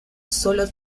solo